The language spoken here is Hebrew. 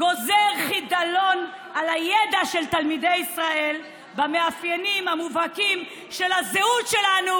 גוזר חידלון על הידע של תלמידי ישראל במאפיינים המובהקים של הזהות שלנו,